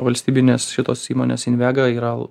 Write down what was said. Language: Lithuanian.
valstybinės šitos įmonės invega yra